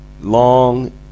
Long